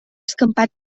escampat